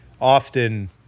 often